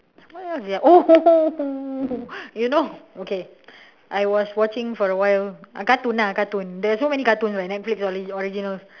what else is there oh you know okay I was watching for a while a cartoon ah cartoon there's so many cartoons what netflix on the originals